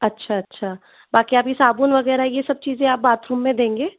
अच्छा अच्छा बाकी आप ये साबुन वगैरह ये सब चीज़ें आप बाथरूम में देंगे